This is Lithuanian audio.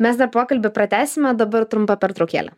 mes dar pokalbį pratęsim o dabar trumpa pertraukėlė